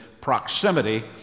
proximity